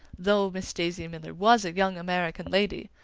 though miss daisy miller was a young american lady,